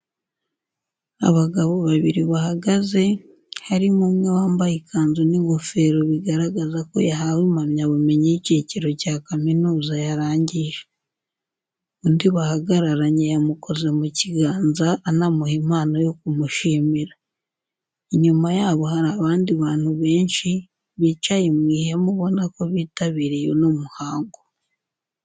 Abagabo babiri bahagaze, harimo umwe wambaye ikanzu n'ingofero bigaragaza ko yahawe impamyabumenyi y'icyiciro cya kaminuza yarangije. Undi bahagararanye yamukoze mu kiganza anamuha impano yo kumushimira. Inyuma yabo hari abandi bantu benshi bicaye mu ihema ubona ko bitabiriye uno muhango.